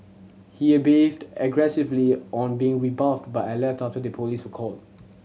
he behaved aggressively on being rebuffed but I left after the police were called